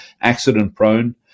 Accident-prone